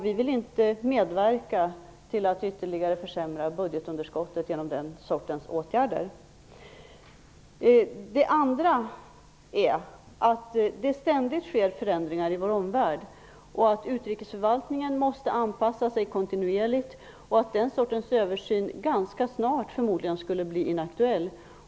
Vi vill inte medverka till att ytterligare försämra budgetunderskottet genom den sortens åtgärder. Det andra skälet är att det ständigt sker förändringar i vår omvärld. Utrikesförvaltningen måste anpassa sig kontinuerligt. Den sortens översyn skulle förmodligen ganska snart bli inaktuell.